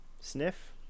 sniff